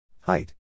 Height